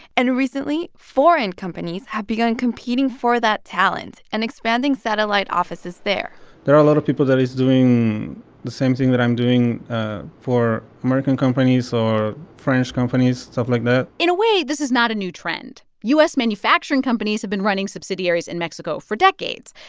and recently, foreign companies have begun competing for that talent and expanding satellite offices there there are a lot of people that is doing the same thing that i'm doing for american companies or french companies stuff like that in a way, this is not a new trend. u s. manufacturing companies have been running subsidiaries in mexico for decades.